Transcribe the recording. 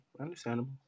understandable